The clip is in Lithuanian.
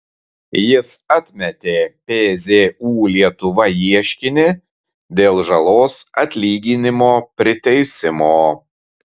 jis atmetė pzu lietuva ieškinį dėl žalos atlyginimo priteisimo